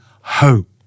hope